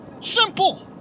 Simple